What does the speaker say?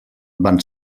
van